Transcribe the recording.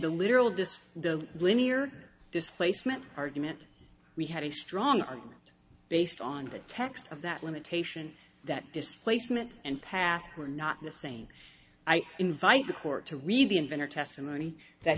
despite the linear displacement argument we had a strong argument based on the text of that limitation that displacement and path were not the same i invite the court to read the inventor testimony that